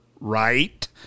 right